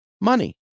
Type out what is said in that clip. money